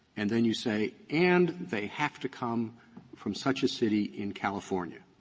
and then you say, and they have to come from such a city in california.